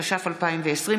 התש"ף 2020,